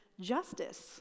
justice